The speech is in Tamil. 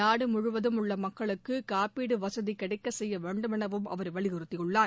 நாடு முழுவதும் உள்ள மக்களுக்கு காப்பீடு வசதி கிடைக்கச் செய்ய வேண்டும் எனவும் அவர் வலியுறுத்தினார்